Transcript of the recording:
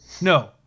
No